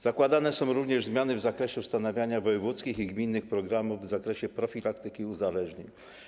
Zakładane są również zmiany dotyczące ustanawiania wojewódzkich i gminnych programów w zakresie profilaktyki uzależnień.